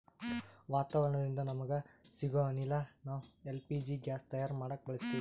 ವಾತಾವರಣದಿಂದ ನಮಗ ಸಿಗೊ ಅನಿಲ ನಾವ್ ಎಲ್ ಪಿ ಜಿ ಗ್ಯಾಸ್ ತಯಾರ್ ಮಾಡಕ್ ಬಳಸತ್ತೀವಿ